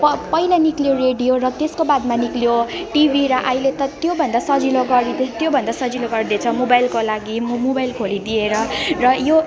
प पहिला निस्कियो रेडियो र त्यसको बादमा निस्कियो टिभी र अहिले त त्योभन्दा सजिलो गरी त्योभन्दा सजिलो गर्दैछ मोबाइलको लागि म मोबाइल खोलिदिएर र यो